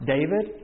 David